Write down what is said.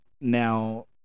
Now